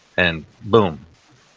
and boom.